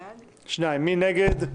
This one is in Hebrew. הצבעה בעד 2 נגד 6 נמנעים